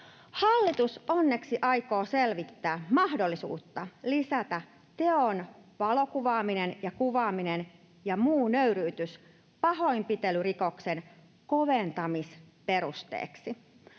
Hallitus onneksi aikoo selvittää mahdollisuutta lisätä teon valokuvaamisen ja kuvaamisen ja muun nöyryytyksen pahoinpitelyrikoksen koventamisperusteeksi.